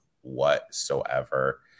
whatsoever